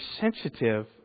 sensitive